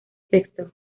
sexto